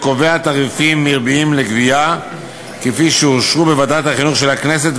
וקובע תעריפים מרביים לגבייה כפי שאושרו בוועדת החינוך של הכנסת,